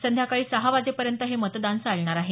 संध्याकाळी सहा वाजेपर्यंत हे मतदान चालणार आहे